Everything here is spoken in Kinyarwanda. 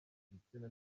gitsina